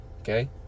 Okay